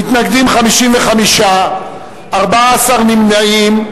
מתנגדים, 55, 14 נמנעים.